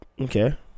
Okay